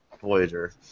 Voyager